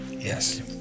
Yes